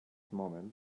moment